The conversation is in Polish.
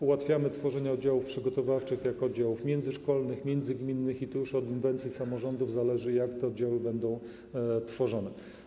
Ułatwiamy tworzenie oddziałów przygotowawczych jako oddziałów międzyszkolnych, międzygminnych i tu już od intencji samorządów zależy, jak będą one tworzone.